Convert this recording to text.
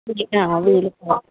వీలు